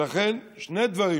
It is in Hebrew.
ולכן, שני דברים